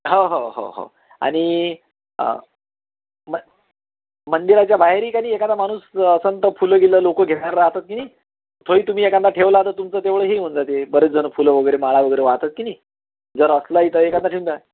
हो हो हो हो आणि म मंदिराच्या बाहेरही त्यांनी एखादा माणूस असेल तर फुलं बिलं लोकं घ्यायला राहतात की नाही तोही तुम्ही एखादा ठेवला तर तुमचं तेवढं हे होऊन जाते बरेच जण फुलं वगैरे माळा वगैरे वाहतात की नाही जर असला इथं एखादा ठेवून द्या